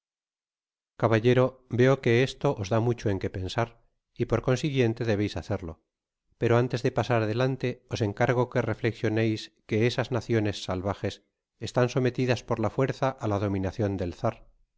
caballero veo que esto os da mucho en que pensar y por consiguiente debeis hacerlo pero antes de pasar adelante os encargo que reflexioneis que esas naciones salvajes estan sometidas por la fuerza á la dominaeion del